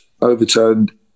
overturned